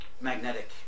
magnetic